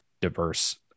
diverse